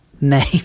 name